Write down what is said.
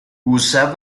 usa